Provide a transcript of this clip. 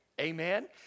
Amen